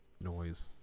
noise